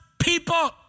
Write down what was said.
people